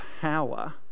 power